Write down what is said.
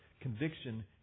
conviction